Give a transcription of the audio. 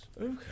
Okay